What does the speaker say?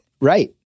Right